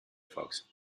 fox